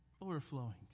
Overflowing